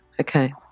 Okay